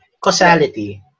Causality